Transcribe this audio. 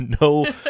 no